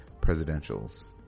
presidential's